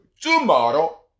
tomorrow